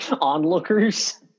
onlookers